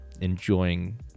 enjoying